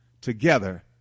together